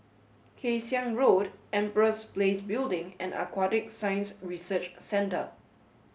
Kay Siang Road Empress Place Building and Aquatic Science Research Centre